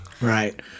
Right